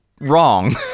wrong